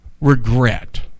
regret